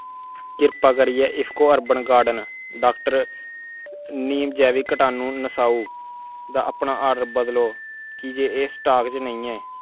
किरपा करियै IFFCO urban gardens doctor neem जैविक कटाणु नसाऊ दा अपना ऑर्डर बदलो की जे एह् स्टाक च नेईं ऐ